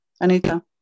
Anita